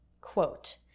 Quote